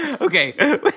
Okay